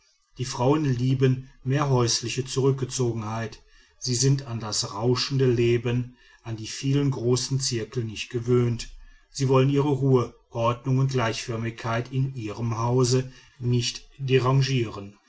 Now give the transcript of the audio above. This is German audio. die frauen lieben mehr häusliche zurückgezogenheit sie sind an das rauschende leben an die vielen großen zirkel nicht gewöhnt sie wollen ihre ruhe ordnung und gleichförmigkeit in ihrem hause nicht